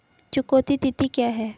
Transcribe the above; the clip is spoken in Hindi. चुकौती तिथि क्या है?